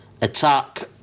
Attack